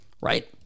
right